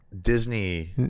Disney